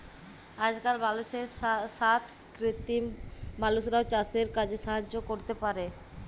আজকাল মালুষের সাথ কৃত্রিম মালুষরাও চাসের কাজে সাহায্য ক্যরতে পারে